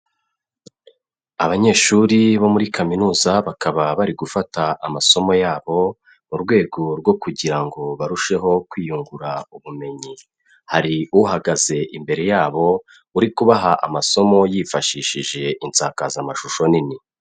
Abanyeshuri bo muri kaminuza bakaba bari gufata amasomo yabo mu rwego rwo kugira ngo barusheho kwiyungura ubumenyi, hari uhagaze imbere yabo uri kubaha amasomo yifashishije insakazamashusho nini.